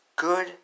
Good